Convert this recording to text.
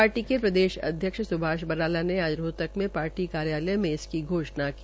party के प्रदेश अध्यक्ष सुभाष बराला ने आज रोहतक में पार्टी कार्यालय में इसकी घोषणा की